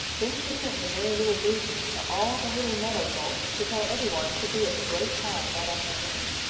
then she sent the merry little breezes to all the little meadow folks to tell every one to be at the great pine that afternoon.